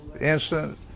instant